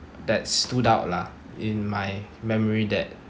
that stood out lah in my memory that